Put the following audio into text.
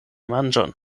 manĝon